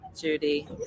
Judy